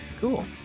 cool